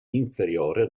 inferiore